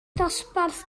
dosbarth